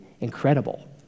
incredible